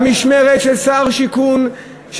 במשמרת של שר שיכון,